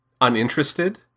uninterested